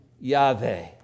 yahweh